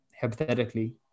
hypothetically